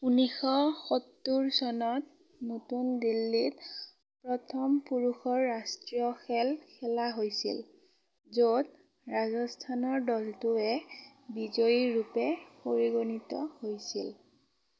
ঊনৈছশ সত্তৰ চনত নতুন দিল্লীত প্ৰথম পুৰুষৰ ৰাষ্ট্ৰীয় খেল খেলা হৈছিল য'ত ৰাজস্থানৰ দলটোৱে বিজয়ী ৰূপে পৰিগণিত হৈছিল